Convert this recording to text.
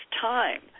time